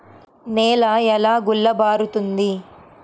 నేల ఎలా గుల్లబారుతుంది?